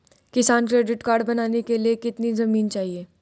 किसान credit card बनाने के लिए कितनी जमीन चाहिए?